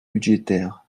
budgétaires